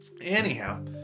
Anyhow